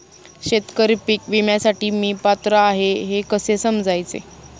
शेतकरी पीक विम्यासाठी मी पात्र आहे हे कसे समजायचे?